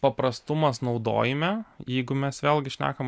paprastumas naudojime jeigu mes vėlgi šnekam